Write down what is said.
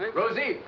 but rosie?